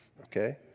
Okay